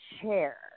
chair